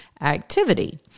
activity